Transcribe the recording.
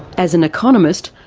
as an economist,